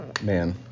man